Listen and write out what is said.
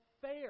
fair